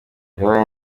bibaye